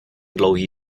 dlouhý